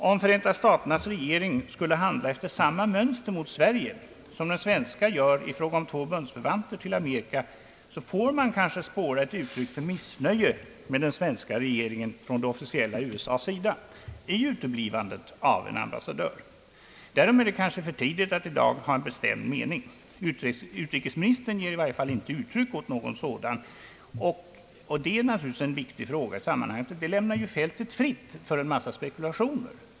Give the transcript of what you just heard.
Om Förenta staternas regering skulle handla efter samma mönster mot Sverige som den svenska gör i fråga om två bundsförvanter till Amerika, så får man kanske spåra ett uttryck för missnöje med den svenska regeringen från det officiella USA:s sida i uteblivandet av en ambassadör. Därom är det dock kanske för tidigt att i dag ha en bestämd mening. Utrikesministern ger i varje fall inte uttryck åt någon sådan, och det är naturligtvis en viktig fråga i sammanhanget, ty därmed lämnas fältet fritt för en massa spekulationer.